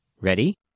Ready